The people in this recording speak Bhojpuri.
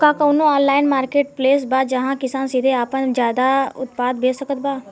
का कउनों ऑनलाइन मार्केटप्लेस बा जहां किसान सीधे आपन उत्पाद बेच सकत बा?